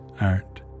Art